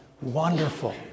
wonderful